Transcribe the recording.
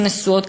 מהנשים הנשואות,